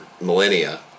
millennia